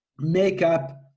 makeup